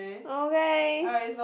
okay